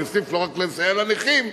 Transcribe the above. ואני אוסיף: לא רק לסייע לנכים,